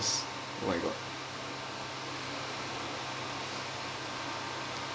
oh my god